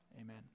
Amen